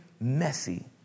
messy